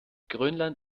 grönland